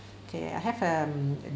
K I have um